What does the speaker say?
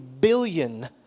billion